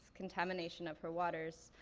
contamination of her waters,